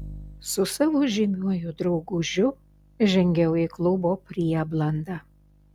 su savo žymiuoju draugužiu žengiau į klubo prieblandą